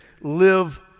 live